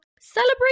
celebrate